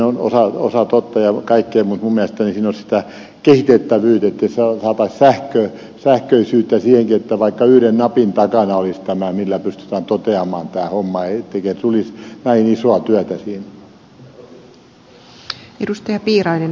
erkki virtanen otti esille on minusta osa totta mutta siinä on kehittämistä että saataisiin sähköisyyttä siihenkin että vaikka yhden napin takana olisi se millä pystytään toteamaan tämä homma eikä tulisi näin isoa työtä siinä